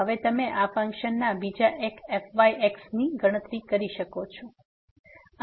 હવે તમે આ ફંક્શનના બીજા એક fyx ની ગણતરી કરી શકો છો